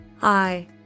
Hi